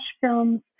films